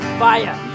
fire